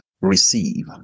receive